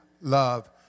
love